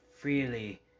freely